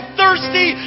thirsty